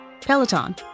peloton